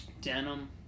denim